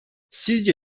sizce